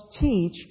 teach